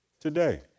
today